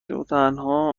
وتنها